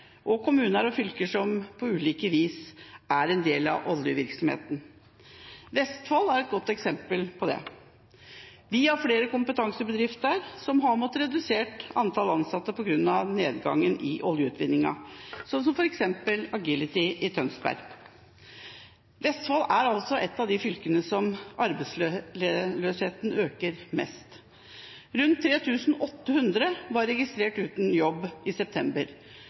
i kommuner og fylker som på ulikt vis er en del av oljevirksomheten. Vestfold er et godt eksempel på det. Vi har flere kompetansebedrifter som har måttet redusere antall ansatte på grunn av nedgangen i oljeutvinningen, slik som f.eks. Agility i Tønsberg. Vestfold er altså et av de fylkene der arbeidsløsheten øker mest. Rundt 3 800 var registrert uten jobb i september,